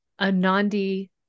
Anandi